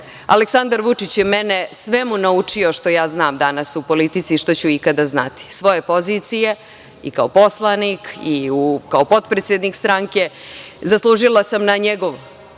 Aleksandar Vučić je mene svemu naučio što ja znam danas u politici i što ću ikada znati. Svoje pozicije i kao poslanik i kao potpredsednik stranke zaslužila sam na njegov